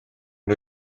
nhw